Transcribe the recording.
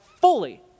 fully